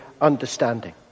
understanding